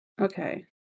Okay